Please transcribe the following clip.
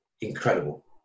incredible